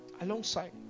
alongside